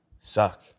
suck